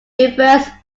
reverse